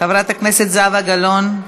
חברת הכנסת זהבה גלאון,